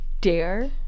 dare